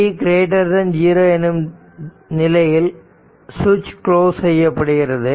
t0 எனும் நிலையில் சுவிட்ச் க்ளோஸ் செய்யப்படுகிறது